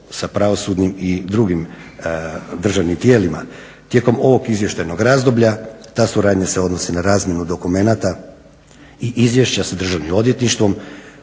sa pravosudnim i drugim državnim tijelima tijekom ovog izvještajnog razdoblja ta suradnja se odnosi na razmjenu dokumenata i izvješća sa Državnim odvjetništvom,